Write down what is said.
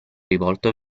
rivolto